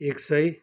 एक सय